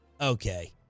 okay